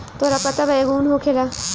तोहरा पता बा एगो उन होखेला